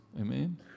Amen